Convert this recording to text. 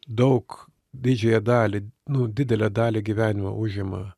daug didžiąją dalį nu didelę dalį gyvenimo užima